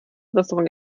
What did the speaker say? restaurant